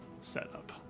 setup